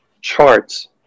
charts